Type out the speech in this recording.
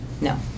No